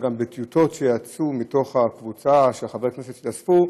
גם בטיוטות שיצאו מתוך הקבוצה של חברי הכנסת שהתאספו,